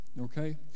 Okay